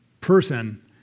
person